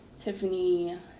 Tiffany